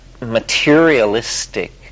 materialistic